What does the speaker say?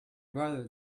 brother